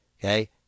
okay